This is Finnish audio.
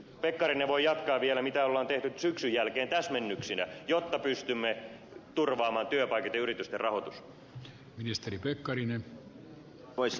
pekkarinen voi jatkaa vielä mitä on tehty syksyn jälkeen täsmennyksinä jotta pystymme turvaamaan työpaikat ja yritysten rahoituksen